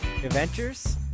adventures